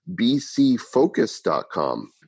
bcfocus.com